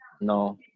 No